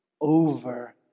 over